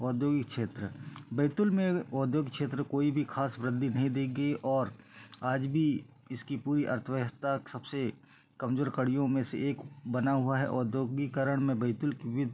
औद्योगिक क्षेत्र बैतूल में औद्योगिक क्षेत्र कोई भी खास वृद्धि नहीं देगी और आज भी इसकी कोई अर्थव्यवस्था सबसे कमज़ोर कड़ियों में से एक बना हुआ है औद्योगिकरण में बैतूल की वि